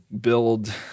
build